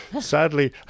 Sadly